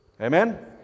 Amen